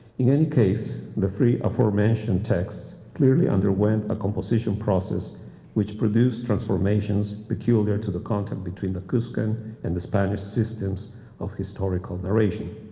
in any case, the three aforementioned texts clearly underwent a composition process which produced transformations peculiar to the content between the cuscan and the spanish systems of historical narration.